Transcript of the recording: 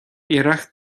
iarracht